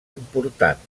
importants